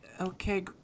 okay